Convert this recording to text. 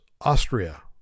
Austria